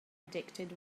addicted